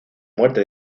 muerte